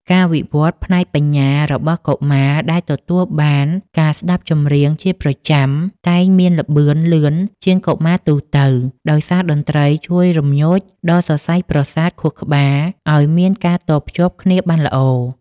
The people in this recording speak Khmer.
ការវិវត្តផ្នែកបញ្ញារបស់កុមារដែលទទួលបានការស្តាប់ចម្រៀងជាប្រចាំ តែងមានល្បឿនលឿនជាងកុមារទូទៅ ដោយសារតន្ត្រីជួយរំញោចដល់សរសៃប្រសាទខួរក្បាលឱ្យមានការតភ្ជាប់គ្នាបានល្អ។